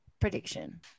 prediction